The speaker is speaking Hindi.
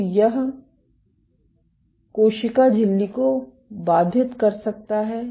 तो यह कोशिका झिल्ली को बाधित कर सकता है